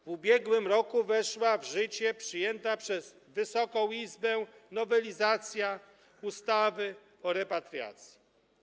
W ubiegłym roku weszła w życie przyjęta przez Wysoką Izbę nowelizacja ustawy o repatriacji.